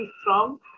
strong